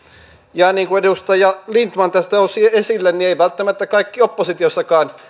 ja niin kuin edustaja lindtman nosti esille eivät välttämättä kaikki oppositiossakaan